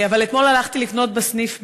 אבל אתמול הלכתי לקנות בסניף "מגה"